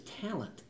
talent